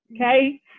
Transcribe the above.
Okay